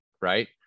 Right